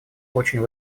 очень